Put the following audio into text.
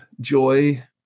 joy